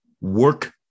work